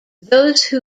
those